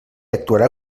actuarà